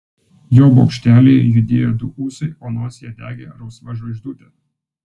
jo bokštelyje judėjo du ūsai o nosyje degė rausva žvaigždutė